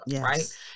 right